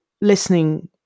listening